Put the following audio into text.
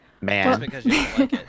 man